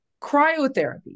Cryotherapy